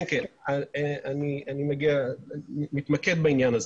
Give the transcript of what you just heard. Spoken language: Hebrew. כן, אני מתמקד בעניין הזה.